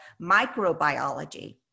microbiology